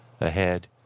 ahead